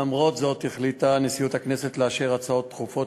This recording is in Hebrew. למרות זאת החליטה נשיאות הכנסת לאשר הצעות דחופות